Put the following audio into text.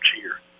cheer